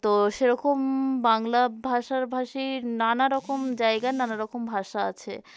তো সেরকম বাংলা ভাষাভাষীর নানা রকম জায়গার নানা রকম ভাষা আছে